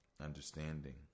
Understanding